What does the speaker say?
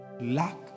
Lack